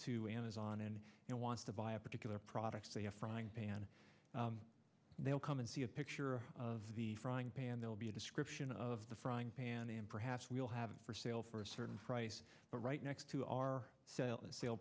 to amazon and now wants to buy a particular product say a frying pan they'll come and see a picture of the frying pan they'll be a description of the frying pan and perhaps we'll have for sale for a certain price but right next to our sale